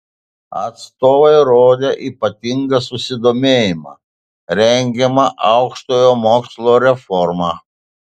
atstovai rodė ypatingą susidomėjimą rengiama aukštojo mokslo reforma